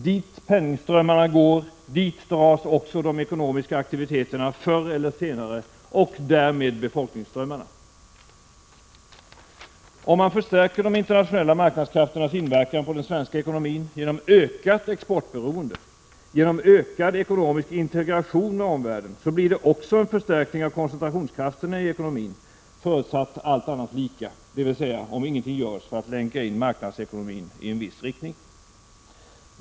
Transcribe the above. Dit penningströmmarna går, dit dras också förr eller senare de ekonomiska aktiviteterna och därmed befolkningsströmmarna. Om man förstärker de internationella marknadskrafternas inverkan på 19 den svenska ekonomin genom ökat exportberoende och genom ökad ekonomisk integration med omvärlden, blir det också en förstärkning av koncentrationskrafterna i ekonomin, förutsatt att allt annat är lika, dvs. om ingenting görs för att länka in marknadsekonomin i en viss riktning.